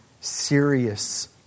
serious